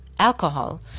Alcohol